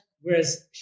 Whereas